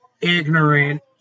ignorant